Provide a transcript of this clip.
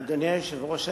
אדוני היושב-ראש הנכבד,